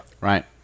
Right